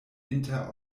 inter